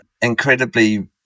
incredibly